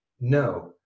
no